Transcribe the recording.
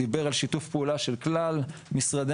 דיבר על שיתוף פעולה של כלל משרדי